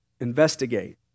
investigate